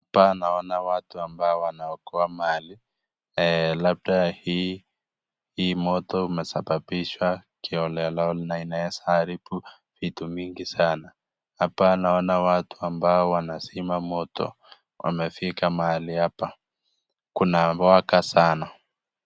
Hapa naona watu ambao wanaokoa mali, labda hii moto umesababisha kiholela na inaweza haribu vitu mingi sana. Hapa naona watu ambao wanazima moto. Wamefika mahali hapa. Kuna waka sana.